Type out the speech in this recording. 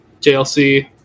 JLC